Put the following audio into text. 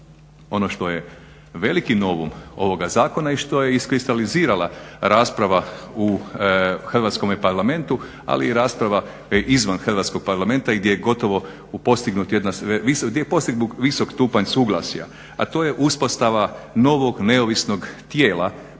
Ono što je veliki novum ovoga zakona i što je iskristalizirala rasprava u Hrvatskome parlamentu ali i rasprava izvan Hrvatskog parlamenta i gdje je gotovo postignut visok stupanj suglasja a to je uspostava novog, neovisnog tijela